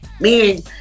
Meaning